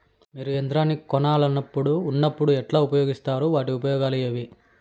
మీరు యంత్రాన్ని కొనాలన్నప్పుడు ఉన్నప్పుడు ఎట్లా ఉపయోగిస్తారు వాటి ఉపయోగాలు ఏవి?